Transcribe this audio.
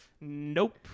nope